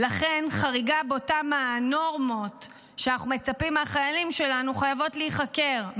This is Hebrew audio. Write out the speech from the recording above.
לכן חריגה מהנורמות שאנחנו מצפים להן מהחיילים שלנו חייבת להיחקר.